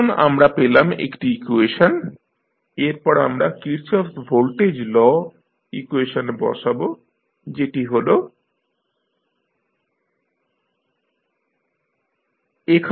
এখন আমরা পেলাম একটি ইকুয়েশন এরপর আমরা কির্চফ'স ভোল্টেজ ল ইকুয়েশনে বসাব যেটি হল eintRCe0te0